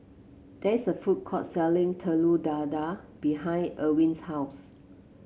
there is a food court selling Telur Dadah behind Irwin's house